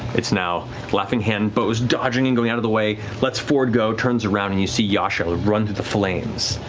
it's now the laughing hand, beau is dodging and going out of the way. lets fjord go, turns around, and you see yasha run through the flames,